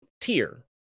tier